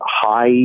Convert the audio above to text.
high